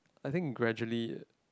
I think gradually it